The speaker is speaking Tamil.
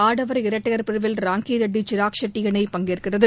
ஆடவா் இரட்டையா் பிரிவில் ரங்கி ரெட்டி சிராக் ஷெட்டி இணை பங்கேற்கிறது